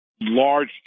large